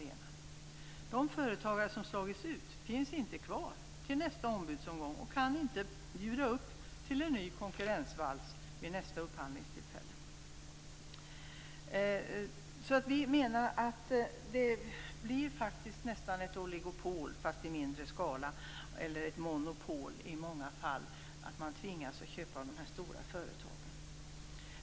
De företagare som har slagits ut finns inte kvar till nästa anbudsomgång och kan inte bjuda upp till en ny konkurrensvals vid nästa upphandlingstillfälle. Vi menar att det nästan blir ett oligopol fast i mindre skala, eller i många fall ett monopol. Man tvingas att köpa av de stora företagen.